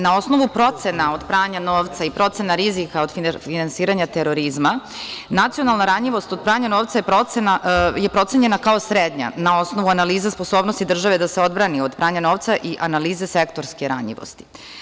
Na osnovu procena, od pranja novca i procena rizika od finansiranja terorizma, nacionalna ranjivost od pranja novca je procenjena kao srednja na osnovu analiza sposobnosti države da se odbrani od pranja novca i analize sektorske ranjivosti.